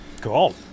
Cool